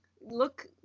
look